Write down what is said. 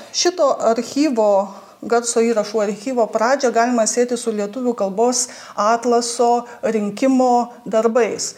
šito archyvo garso įrašų archyvo pradžią galima sieti su lietuvių kalbos atlaso rinkimo darbais